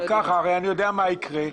הרי אני יודע מה יקרה,